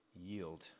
yield